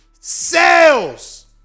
Sales